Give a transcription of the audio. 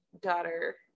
daughter